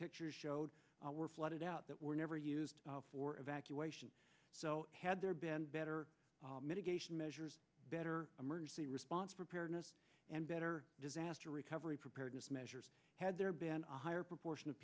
pictures showed were flooded out that were never used for evacuation so had there been better mitigation measures better emergency response preparedness and better disaster recovery preparedness measures had there been a higher proportion of